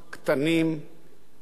מתרפסים אפילו,